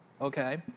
Okay